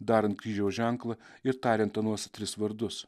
darant kryžiaus ženklą ir tariant anuos tris vardus